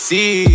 See